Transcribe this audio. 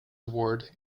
award